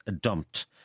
dumped